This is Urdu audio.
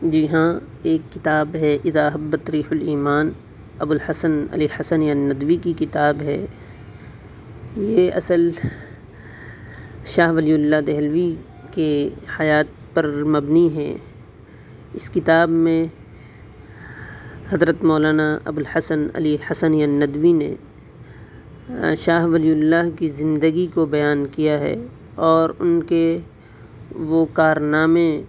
جی ہاں ایک کتاب ہے اذا ھبت ریح الایمان ابوالحسن علی حسنی الندوی کی کتاب ہے یہ اصل شاہ ولی اللہ دہلوی کی حیات پر مبنی ہے اس کتاب میں حضرت مولانا ابوالحسن علی حسنی الندوی نے شاہ ولی اللہ کی زندگی کو بیان کیا ہے اور ان کے وہ کارنامے